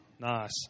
Nice